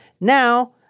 Now